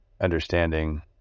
understanding